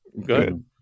Good